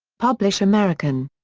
publish american.